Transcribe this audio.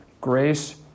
grace